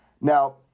Now